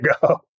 go